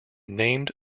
named